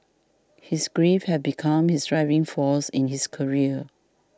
his grief had become his driving force in his career